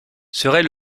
serait